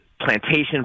plantation